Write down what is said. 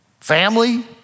family